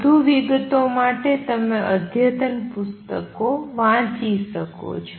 વધુ વિગતો માટે તમે અદ્યતન પુસ્તકો વાંચી શકો છો